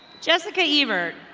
jessica eever.